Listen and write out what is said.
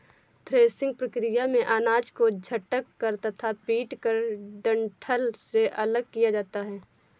threshing प्रक्रिया में अनाज को झटक कर तथा पीटकर डंठल से अलग किया जाता है